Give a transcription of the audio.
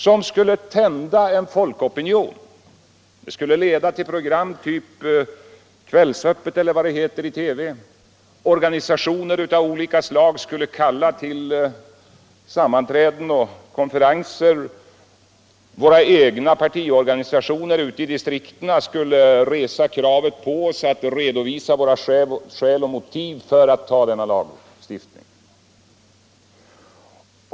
Det skulle leda till diskussion i program som Kvällsöppet i TV, till att organisationer av olika slag kallar till sammanträden och konferenser och till att våra egna partiorganisationer ute i distrikten reste kravet på oss att redovisa Nr 149 våra motiv för att ta lagen.